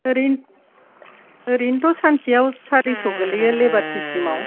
ओरैनोथ' सानसेयाव सारिस' गोग्लैयो लेबार सिस्टेमाव